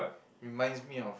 reminds me of